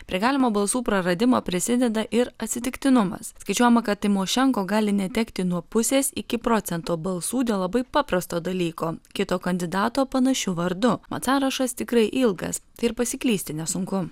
prie galimo balsų praradimo prisideda ir atsitiktinumas skaičiuojama kad timošenko gali netekti nuo pusės iki procento balsų dėl labai paprasto dalyko kito kandidato panašiu vardu mat sąrašas tikrai ilgas ir pasiklysti nesunku